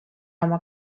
oma